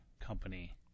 company